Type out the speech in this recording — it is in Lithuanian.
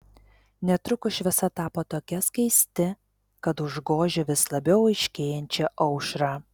netrukus šviesa tapo tokia skaisti kad užgožė vis labiau aiškėjančią aušrą